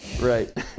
Right